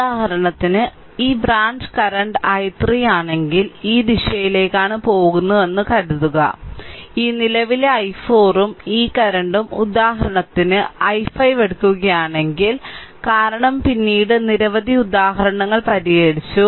ഉദാഹരണത്തിന് ഈ branch current i3 ആണെങ്കിൽ ഈ ദിശയിലേക്കാണ് പോകുന്നതെന്ന് കരുതുക ഈ നിലവിലെ i4 ഉം ഈ കറന്റും ഉദാഹരണത്തിന് i5 എടുക്കുകയാണെങ്കിൽ കാരണം പിന്നീട് നിരവധി ഉദാഹരണങ്ങൾ പരിഹരിച്ചു